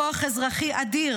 כוח אזרחי אדיר,